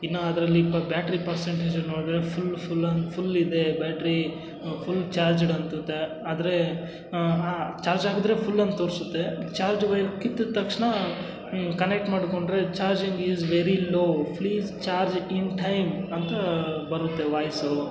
ಇನ್ನೂ ಅದ್ರಲ್ಲಿಪ್ಪ battery percentage ನೋಡಿದರೆ ಫುಲ್ಲು ಫುಲ್ಲನ್ ಫುಲ್ಲಿದೆ ಬ್ಯಾಟ್ರೀ ಫುಲ್ ಚಾರ್ಜಡ್ ಅನ್ಸುತ್ತೆ ಆದ್ರೆ ಆ ಚಾರ್ಜ್ ಹಾಕಿದ್ರೆ ಫುಲ್ ಅಂತ ತೋರಿಸುತ್ತೆ ಚಾರ್ಜ್ ವೈರ್ ಕಿತ್ತ ತಕ್ಷಣ ಕನೆಟ್ ಮಾಡಿಕೊಂಡ್ರೆ charging is very low please charge in time ಅಂತ ಬರುತ್ತೆ ವಾಯ್ಸು